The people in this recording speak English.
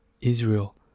Israel